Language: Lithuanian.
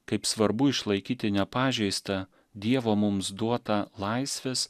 kaip svarbu išlaikyti nepažeistą dievo mums duotą laisvės